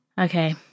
okay